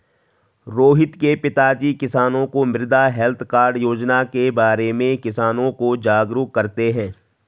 रोहित के पिताजी किसानों को मृदा हैल्थ कार्ड योजना के बारे में किसानों को जागरूक करते हैं